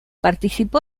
participó